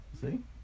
see